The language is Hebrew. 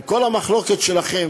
עם כל המחלוקת שלכם,